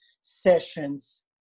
sessions